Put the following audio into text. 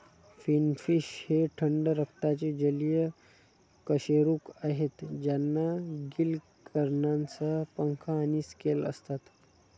finfish हे थंड रक्ताचे जलीय कशेरुक आहेत ज्यांना गिल किरणांसह पंख आणि स्केल असतात